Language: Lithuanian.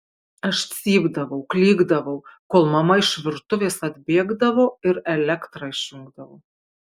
aš cypdavau klykdavau kol mama iš virtuvės atbėgdavo ir elektrą išjungdavo